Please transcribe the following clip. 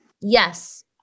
Yes